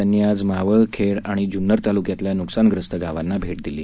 त्यांनी आज मावळ खेड आणि जुन्नर तालुक्यातल्या नुकसानग्रस्त गावांना भेट दिली